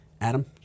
Adam